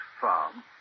farm